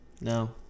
No